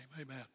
amen